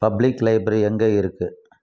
public library எங்கே இருக்கு